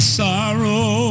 sorrow